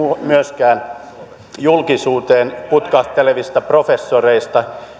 myöskään julkisuuteen putkahteleviin professoreihin